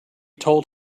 told